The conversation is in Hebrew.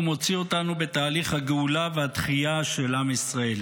מוציא אותנו בתהליך הגאולה והתחייה של עם ישראל.